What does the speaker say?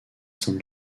san